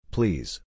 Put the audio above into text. Please